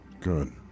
Good